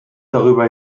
darüber